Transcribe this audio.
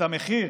את המחיר